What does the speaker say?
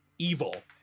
Evil